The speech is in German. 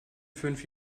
fünf